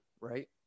right